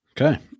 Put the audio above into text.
Okay